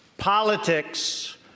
politics